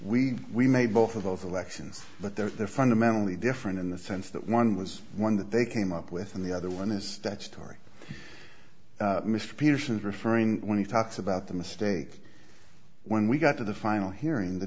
we we made both of those elections but they're fundamentally different in the sense that one was one that they came up with and the other one is statutory mr peterson's referring when he talks about the mistake when we got to the final hearing the